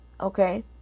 okay